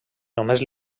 només